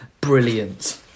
brilliant